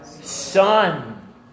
son